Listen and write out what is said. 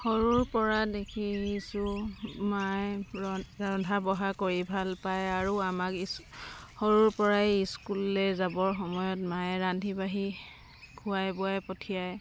সৰুৰ পৰা দেখিছোঁ মায়ে ৰ ৰন্ধা বঢ়া কৰি ভাল পায় আৰু আমাক ই সৰুৰ পৰাই স্কুললৈ যাবৰ সময়ত মায়ে ৰান্ধি বাঢ়ি খোৱাই বোৱাই পঠিয়াই